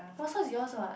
oh so is yours what